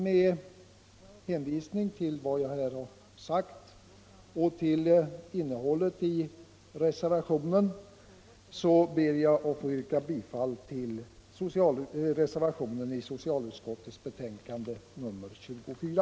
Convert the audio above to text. Med hänvisning till vad jag här anfört ber jag att få yrka bifall till den reservation som fogats till socialutskottets betänkande nr 24.